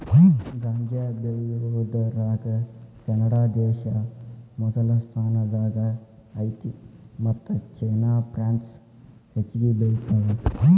ಗಾಂಜಾ ಬೆಳಿಯುದರಾಗ ಕೆನಡಾದೇಶಾ ಮೊದಲ ಸ್ಥಾನದಾಗ ಐತಿ ಮತ್ತ ಚೇನಾ ಪ್ರಾನ್ಸ್ ಹೆಚಗಿ ಬೆಳಿತಾವ